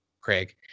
Craig